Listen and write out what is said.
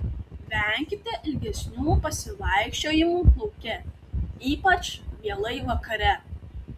venkite ilgesnių pasivaikščiojimų lauke ypač vėlai vakare